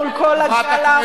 מול כל הגל העכור,